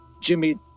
jimmy